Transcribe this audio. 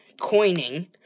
coining